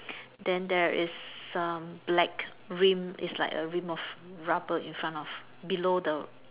then there is um black rim it's like a rim of rubber in front of below the